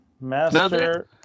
Master